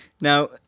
Now